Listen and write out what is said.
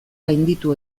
gainditu